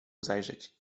zajrzeć